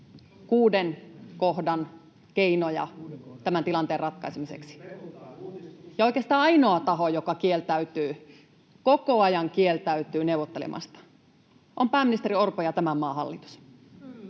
[Ben Zyskowicz: Eli perutaan uudistukset!] ja oikeastaan ainoa taho, joka koko ajan kieltäytyy neuvottelemasta, on pääministeri Orpo ja tämän maan hallitus.